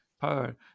power